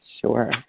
Sure